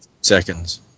Seconds